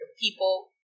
people